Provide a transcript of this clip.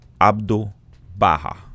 Abdu'l-Baha